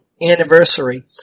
anniversary